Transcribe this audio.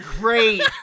great